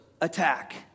attack